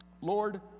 Lord